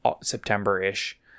September-ish